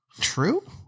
true